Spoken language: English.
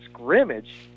scrimmage